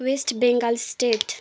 West Bengal state